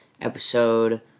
episode